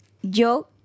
yo